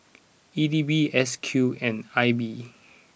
E D B S Q and I B